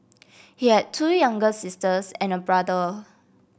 he had two younger sisters and a brother